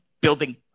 building